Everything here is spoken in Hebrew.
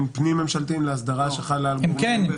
פנים ממשלתיים לבין אסדרה שחלה על --- כן,